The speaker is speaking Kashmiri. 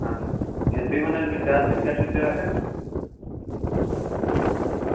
اَہَنہٕ تُہۍ ؤنِو حظ مےٚ چارجِز کیٛاہ چھُو تُہۍ رَٹان